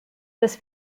this